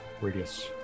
Radius